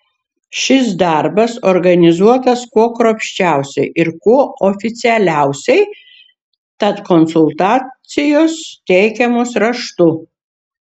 šis darbas organizuotas kuo kruopščiausiai ir kuo oficialiausiai tad konsultacijos teikiamos raštu